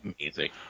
amazing